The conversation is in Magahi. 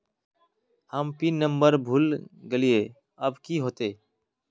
हम पिन नंबर भूल गलिऐ अब की होते?